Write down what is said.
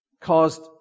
Caused